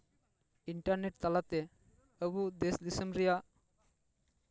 internet ᱛᱟᱞᱟᱛᱮ ᱟᱵᱚ ᱫᱮᱥ ᱫᱤᱥᱳᱢ ᱨᱮᱭᱟᱜ